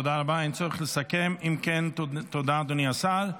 תודה רבה, אין צורך לסכם, תודה, אדוני השר.